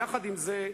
עם זאת,